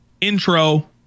intro